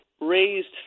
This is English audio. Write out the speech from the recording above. raised